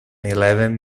eleven